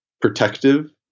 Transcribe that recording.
protective